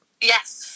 Yes